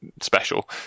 special